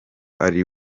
ari